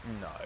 No